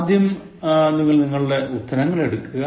ആദ്യം നിങ്ങൾ നിങ്ങളുടെ ഉത്തരങ്ങൾ എടുക്കുക